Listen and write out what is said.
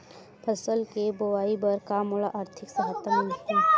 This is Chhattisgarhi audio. फसल के बोआई बर का मोला आर्थिक सहायता मिलही?